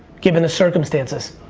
given the circumstances.